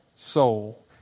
soul